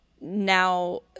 Now